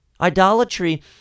Idolatry